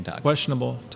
Questionable